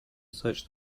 search